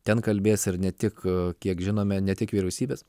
ten kalbės ir ne tik kiek žinome ne tik vyriausybės